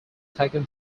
taken